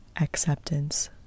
acceptance